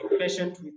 patient